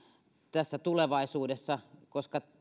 tässä tulevaisuudessa koska